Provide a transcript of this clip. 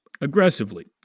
aggressively